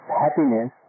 happiness